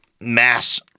mass